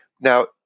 Now